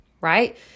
right